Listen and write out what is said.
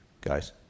guys